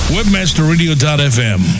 WebmasterRadio.fm